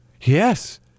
Yes